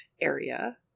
area